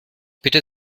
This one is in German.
bitte